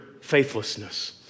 faithlessness